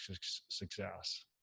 success